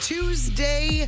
Tuesday